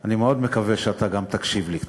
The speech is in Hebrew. אני מאוד מקווה שאתה גם תקשיב לי קצת.